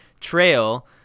trail